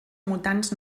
mutants